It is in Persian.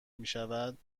میشود